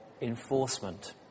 enforcement